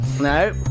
No